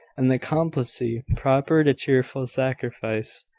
and the complacency proper to cheerful sacrifice.